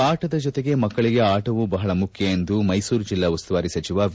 ಪಾಠದ ಜೊತೆಗೆ ಮಕ್ಕಳಿಗೆ ಆಟವೂ ಬಹಳ ಮುಖ್ಯ ಎಂದು ಮೈಸೂರು ಜಿಲ್ಲಾ ಉಸುವಾರಿ ಸಚಿವ ವಿ